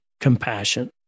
compassion